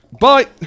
bye